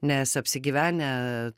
nes apsigyvenę